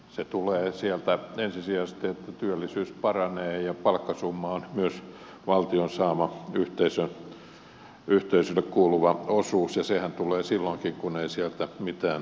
se tulee sieltä ensisijaisesti että työllisyys paranee ja palkkasumma on myös valtion saama yhteisölle kuuluva osuus ja sehän tulee silloinkin kun ei sieltä mitään nosteta